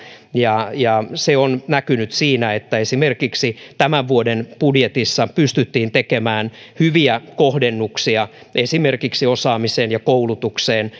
ja ja se on näkynyt siinä että esimerkiksi tämän vuoden budjetissa pystyttiin tekemään hyviä kohdennuksia esimerkiksi osaamiseen ja koulutukseen